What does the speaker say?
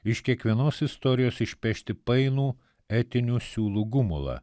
iš kiekvienos istorijos išpešti painų etinių siūlų gumulą